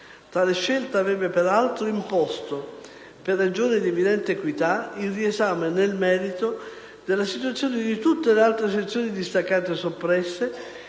Tale scelta avrebbe, peraltro, imposto, per ragioni di evidente equità, il riesame, nel merito, della situazione di tutte le altre sezioni distaccate soppresse